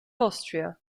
austria